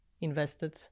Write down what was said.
invested